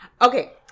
Okay